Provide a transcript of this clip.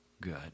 good